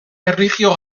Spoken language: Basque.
erlijio